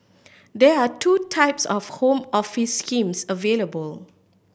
there are two types of Home Office schemes available